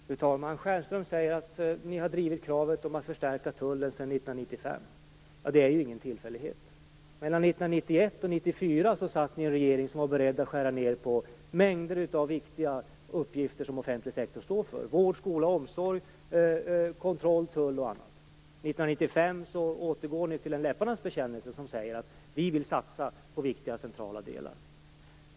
Fru talman! Stjernström säger att Kristdemokraterna har drivit kravet om en förstärkning av tullen sedan 1995. Det är ingen tillfällighet. Mellan 1991 och 1994 satt Kristdemokraterna i en regering som var beredd att skära ned på mängder av viktiga uppgifter som offentlig sektor står för: vård, skola och omsorg, kontroll, tull och annat. År 1995 återgick Kristdemokraterna till en läpparnas bekännelse som säger att man vill satsa på viktiga och centrala delar.